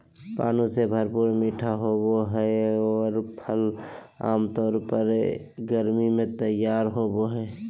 पानी से भरपूर मीठे होबो हइ एगोर फ़सल आमतौर पर गर्मी में तैयार होबो हइ